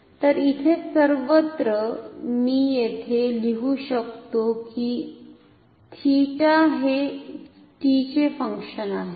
तर इथे सर्वत्र मी येथे लिहु शकतो की 𝜃 हे t चे फंक्शन आहे